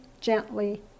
gently